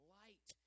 light